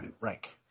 rank